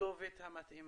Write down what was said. לכתובת המתאימה.